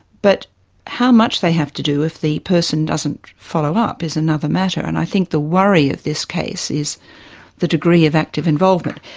but how much they have to do if the person doesn't follow up is another matter. and i think the worry of this case is the degree of active involvement.